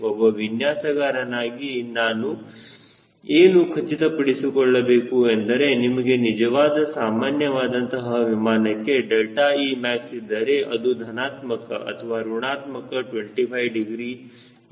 ಒಬ್ಬ ವಿನ್ಯಾಸಗಾರ ನಾಗಿ ನಾವು ಏನು ಖಚಿತಪಡಿಸಿಕೊಳ್ಳಬೇಕು ಎಂದರೆ ನಿಮಗೆ ನಿಜವಾಗಿ ಸಾಮಾನ್ಯವಾದಂತಹ ವಿಮಾನಕ್ಕೆ 𝛿emax ಇದ್ದರೆ ಅದು ಧನಾತ್ಮಕ ಅಥವಾ ಋಣಾತ್ಮಕ 25 ಡಿಗ್ರಿ ಗೆ ಸಮಾನವಾಗಿರುತ್ತದೆ